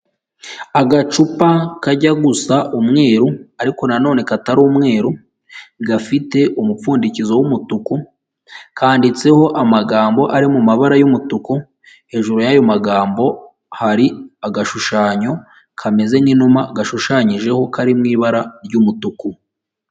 Agacupa kajya gusa umweru ariko nanone katari umweru gafite umupfundikizo wumutuku kanditseho amagambo ari mabara yumutuku, hejuru y'ayo magambo hari agashushanyo kameze nk'inuma gashushanyijeho kari mu ibara ry'umutuku.